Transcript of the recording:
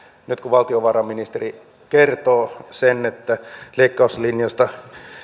nyt kun valtiovarainministeri kertoo sen että leikkauslinjasta